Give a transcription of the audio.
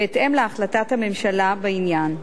בהתאם להחלטת הממשלה בעניין.